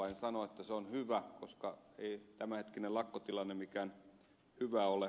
en sano että se on hyvä koska ei tämänhetkinen lakkotilanne mikään hyvä ole